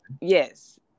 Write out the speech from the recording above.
yes